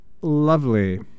lovely